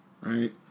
right